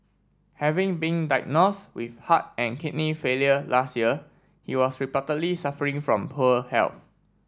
having been diagnosed with heart and kidney failure last year he was reportedly suffering from poor health